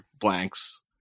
blanks